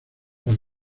las